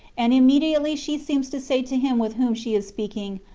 and immediately she seems to say to him with whom she is speaking,